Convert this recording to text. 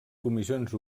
comissions